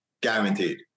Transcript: guaranteed